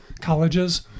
colleges